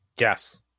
Yes